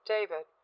David